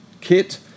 kit